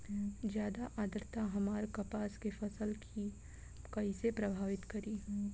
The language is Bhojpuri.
ज्यादा आद्रता हमार कपास के फसल कि कइसे प्रभावित करी?